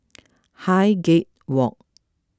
Highgate Walk